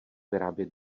vyrábět